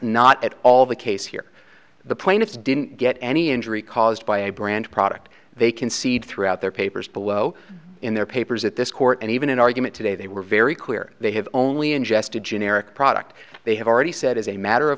not at all the case here the plaintiffs didn't get any injury caused by a brand product they concede throughout their papers below in their papers at this court and even in argument today they were very clear they have only ingest a generic product they have already said as a matter of